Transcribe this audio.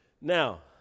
Now